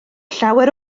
llawer